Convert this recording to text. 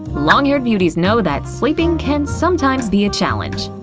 long-haired beauties know that sleeping can sometimes be a challenge.